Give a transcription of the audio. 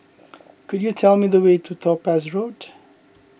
could you tell me the way to Topaz Road